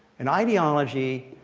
and ideology,